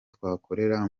twakorera